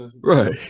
Right